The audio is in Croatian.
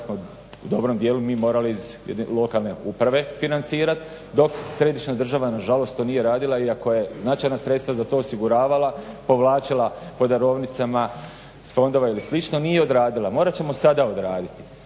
smo u dobrom dijelu mi morali iz lokalne uprave financirat, dok središnja država na žalost to nije radila iako je značajna sredstva za to osiguravala, povlačila po darovnicama iz fondova ili slično, nije odradila. Morat ćemo sada odraditi